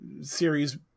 series